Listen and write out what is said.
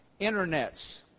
internets